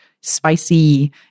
spicy